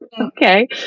Okay